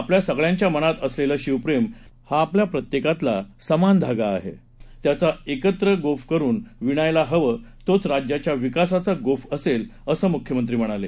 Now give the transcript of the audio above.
आपल्या सगळ्यांच्या मनात असलेलं शिवप्रेम हा आपल्या प्रत्येकातला समान धागा आहे त्याचा एकत्र गोफ करून विणायला हवं तोच राज्याच्या विकासाचा गोफ असेल असं मुख्यमंत्री म्हणाले